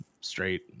straight